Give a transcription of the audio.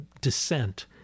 descent